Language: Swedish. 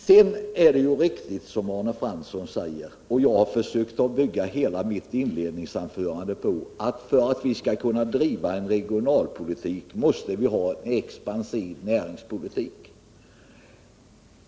Det är riktigt som Arne Fransson säger — och det är detta jag har byggt hela mitt inledningsanförande på — att för att vi skall kunna driva en regionalpolitik måste vi ha en expansiv näringspolitik.